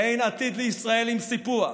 אין עתיד לישראל עם סיפוח.